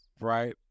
right